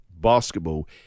basketball